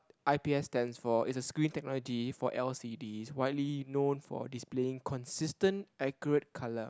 I_P_S stands for it's a screen technology for L_C_D widely know for displaying consistent accurate colour